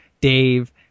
dave